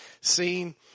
seen